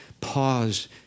pause